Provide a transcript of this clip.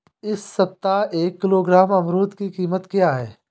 इस सप्ताह एक किलोग्राम अमरूद की कीमत क्या है?